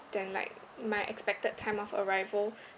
than like my expected time of arrival